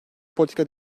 politika